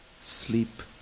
sleep